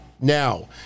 now